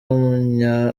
w’umunya